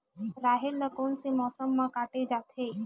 राहेर ल कोन से मौसम म काटे जाथे?